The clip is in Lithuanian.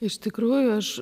iš tikrųjų aš